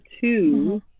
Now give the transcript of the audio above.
two